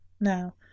Now